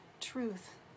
truth